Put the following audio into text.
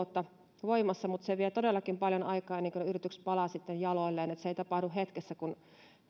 puoli vuotta voimassa niin se vie todellakin paljon aikaa ennen kuin ne yritykset palaavat sitten jaloilleen se ei tapahdu hetkessä kun